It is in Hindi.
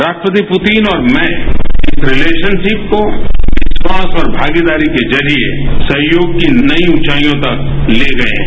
राष्ट्रपति पुतिन और मैं इस रिलेशनशिप को विस्वास और भागीदारी के जरिए सहयोग की नई ऊंचाइयों तक ले गए हैं